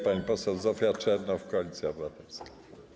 Pani poseł Zofia Czernow, Koalicja Obywatelska.